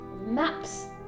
maps